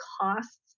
costs